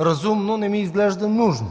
разумно, не ми изглежда нужно.